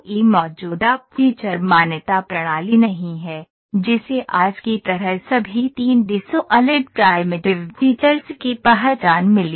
कोई मौजूदा फीचर मान्यता प्रणाली नहीं है जिसे आज की तरह सभी 3 डी सॉलिड प्राइमिटिव फीचर्स की पहचान मिली